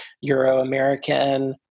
Euro-American